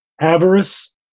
avarice